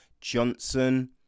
Johnson